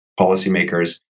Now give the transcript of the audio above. policymakers